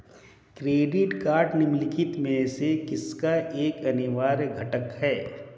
Credit card निम्नलिखित में से किसका एक अनिवार्य घटक है?